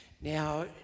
now